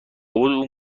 اون